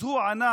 אז הוא ענה: